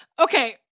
okay